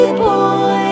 boy